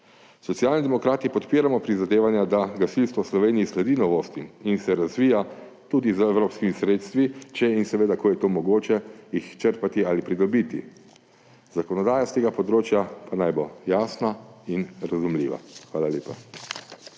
Socialni demokrati podpiramo prizadevanja, da gasilstvo v Sloveniji sledi novostim in se razvija tudi z evropskimi sredstvi, če in seveda ko jih je mogoče črpati ali pridobiti. Zakonodaja s tega področja pa naj bo jasna in razumljiva. Hvala lepa.